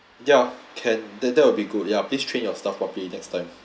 ya can that that will be good ya please train your staff probably next time